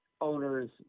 owners